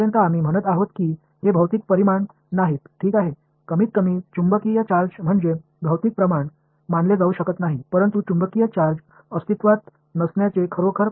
மாணவர் காந்த சார்ஜ் இப்போது நாம் சொல்வது இவை பிஸிக்கல் குவான்டிடிஸ் அல்ல குறைந்தபட்சம் காந்தக் சார்ஜ் ஒரு பிஸிக்கல் குவான்டிடிஸ் ஆக இருக்கக்கூடாது ஆனால் உண்மையில் காந்த சார்ஜ் இல்லை என்பதற்கு தத்துவார்த்த காரணங்கள் எதுவும் இல்லை